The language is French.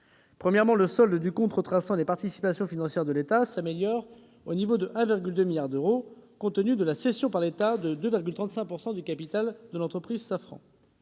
Premièrement, le solde du compte retraçant les participations financières de l'État s'améliore, à hauteur de 1,2 milliard d'euros, grâce à la cession par l'État de 2,35 % du capital de l'entreprise Safran.